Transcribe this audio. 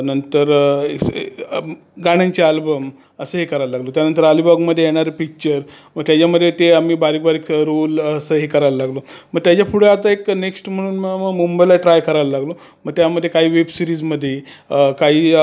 नंतर गाण्यांचे अल्बम असे हे करायला लागलो त्यानंतर अलिबागमध्ये येणारे पिच्चर मग त्याच्यामध्ये ते आम्ही बारीक बारीक रोल असं हे करायला लागलो मग त्याच्यापुढं आता एक नेक्स्ट म्हणून मग मुंबईला ट्राय करायला लागलो मग त्यामध्ये काही वेबसिरीजमध्ये काही